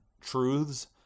truths